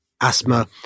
asthma